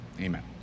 Amen